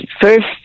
first